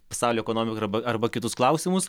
pasaulio ekonomiką arba arba kitus klausimus